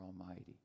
Almighty